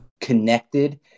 connected